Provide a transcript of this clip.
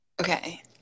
Okay